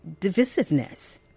divisiveness